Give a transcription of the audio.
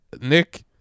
Nick